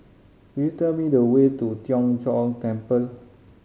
you tell me the way to Tien Chor Temple